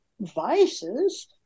vices